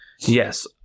Yes